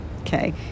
Okay